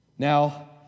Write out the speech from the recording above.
Now